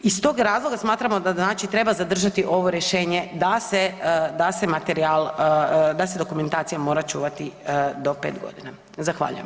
Iz tog razloga smatramo da znači treba zadržati ovo rješenje da se, da se materijal, da se dokumentacija mora čuvati do 5.g. Zahvaljujem.